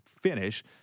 finish –